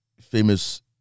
famous